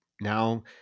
now